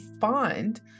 find